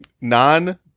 non